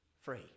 free